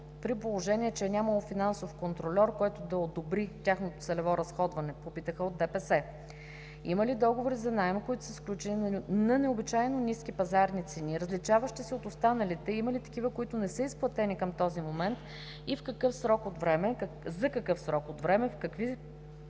при положение, че е нямало финансов контрольор, който да одобри тяхното целево разходване, попитаха от ДПС? Има ли договори за наем, които са сключени на необичайно ниски пазарни цени, различаващи се от останалите, и има ли такива, които не са изплатени към този момент, и за какъв срок от време; какви са